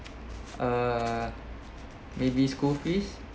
err maybe school fees